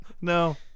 No